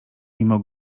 mimo